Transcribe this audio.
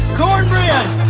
cornbread